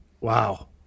Wow